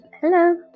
Hello